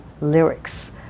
lyrics